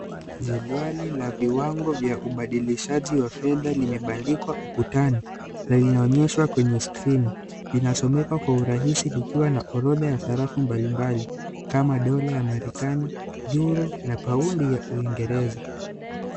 Jedwali la viwango vya ubadilishaji wa fedha limebandikwa ukutani na linaonyesha kwenye skrini. Inasomeka kwa urahisi likiwa na orodha ya sarafu mbalimbali kama dola ya marekani, euro na paundi ya uingereza.